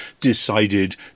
decided